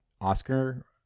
Oscar